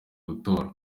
gutora